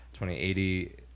2080